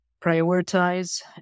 prioritize